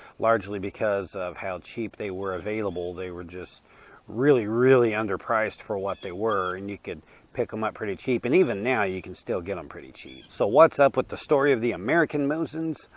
largely because of how cheap they were available. they were just really, really under priced for what they were, and you could pick them up pretty cheap. and even now you can still get them um pretty cheap. so what's up with the story of the american mosins?